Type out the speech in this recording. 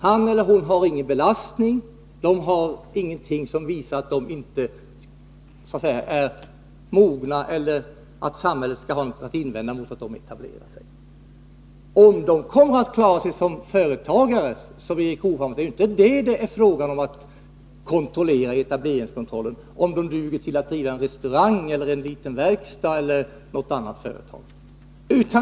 Han eller hon har ingen belastning; det finns ingenting som visar att han eller hon inte duger eller att samhället skulle ha något att invända mot en etablering. Det är ju inte fråga om att kontrollera om de skall klara sig som företagare med etableringskontrollen, som Erik Hovhammar sade, eller om de duger till att driva en restaurang, en liten verkstad eller något annat företag.